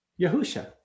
Yahusha